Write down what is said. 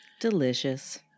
Delicious